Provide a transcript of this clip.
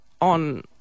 on